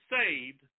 saved